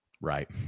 right